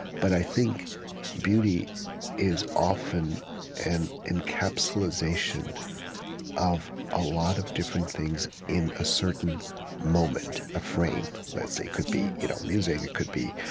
but i think beauty is often an encapsulation of a lot of different things in a certain moment, a frame, let's say it could be you know music. it could be